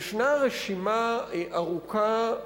ישנה רשימה ארוכה,